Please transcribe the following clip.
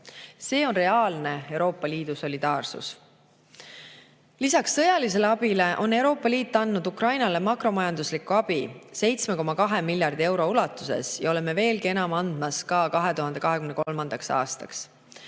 See on reaalne Euroopa Liidu solidaarsus. Lisaks sõjalisele abile on Euroopa Liit andnud Ukrainale makromajanduslikku abi 7,2 miljardi euro ulatuses ja oleme veelgi enam andmas 2023. aastaks.